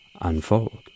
unfold